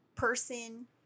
Person